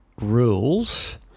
rules